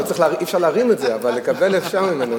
אי-אפשר להרים את זה, אבל לקבל אפשר ממנו.